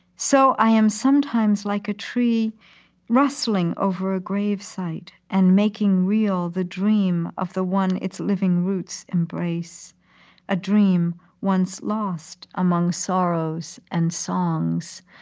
so i am sometimes like a tree rustling over a gravesite and making real the dream of the one its living roots embrace a dream once lost among sorrows and songs.